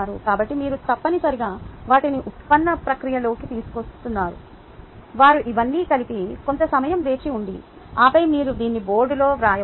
కాబట్టి మీరు తప్పనిసరిగా వాటిని ఉత్పన్న ప్రక్రియలోకి తీసుకువస్తున్నారు వారు ఇవన్నీ కలిపి కొంత సమయం వేచి ఉండి ఆపై మీరు దీన్ని బోర్డులో వ్రాయవచ్చు